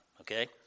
okay